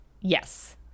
Yes